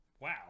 Wow